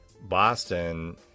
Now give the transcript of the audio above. Boston